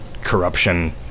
corruption